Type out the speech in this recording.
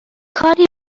کاری